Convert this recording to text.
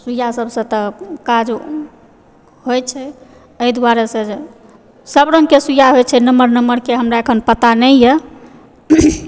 सुइयासभसँ तऽ काजो होयत छै एहिदुआरेसँ जे सभ रंगकऽ सुइया होइत छै नम्बर नम्बरकऽ हमरा अखन पता नहि यऽ